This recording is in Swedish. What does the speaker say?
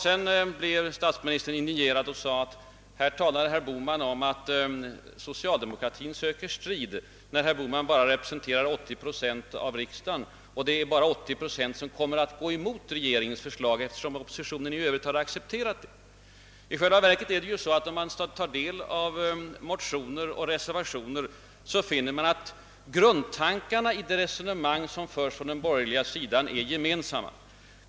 Sedan blev statsministern indignerad och sade, att här talar herr Bohman om att socialdemokratin söker strid, när herr Bohman i själva verket bara representerar 20 procent av riksdagen och det bara är 20 procent som kommer att gå emot regeringens förslag, eftersom oppositionen i övrigt har accepterat förslaget. Men i själva verket finner man ju, om man tar del av motioner och reservationer, att grundtankarna i det resonemang som förs på den borgerliga sidan är gemensamma.